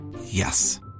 Yes